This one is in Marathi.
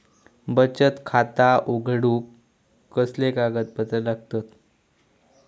बचत खाता उघडूक कसले कागदपत्र लागतत?